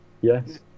Yes